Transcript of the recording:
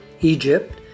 Egypt